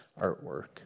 artwork